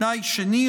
תנאי שני,